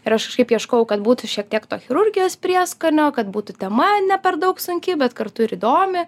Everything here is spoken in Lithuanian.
ir aš kažkaip ieškojau kad būtų šiek tiek to chirurgijos prieskonio kad būtų tema ne per daug sunki bet kartu ir įdomi